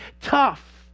tough